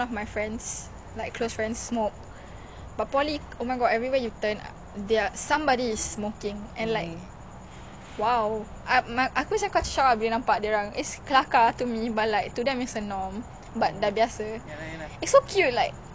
comel that's legit selling seh I never see the photo legit !wow! smart smart no ah no lah